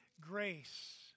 grace